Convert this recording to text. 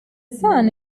sun